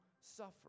suffer